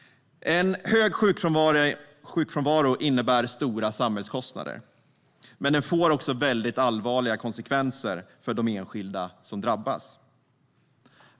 En hög sjukfrånvaro innebär stora samhällskostnader. Men den får också allvarliga konsekvenser för de enskilda som drabbas.